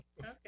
Okay